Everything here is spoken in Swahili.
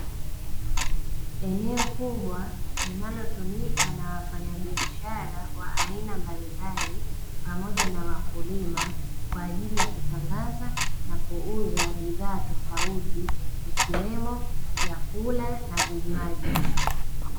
Eneo kubwa linalotumika na wafanyabiashara wa aina mbalimbali pamoja na wakulima kwa ajili ya kutangaza na kuuza bidhaa tofauti ikiwemo vyakula na vinywaji.